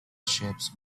ships